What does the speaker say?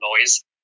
noise